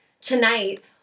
tonight